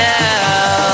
now